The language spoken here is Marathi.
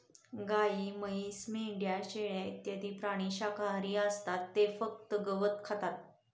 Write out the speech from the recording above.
गाय, म्हैस, मेंढ्या, शेळ्या इत्यादी प्राणी शाकाहारी असतात ते फक्त गवत खातात